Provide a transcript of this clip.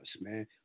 man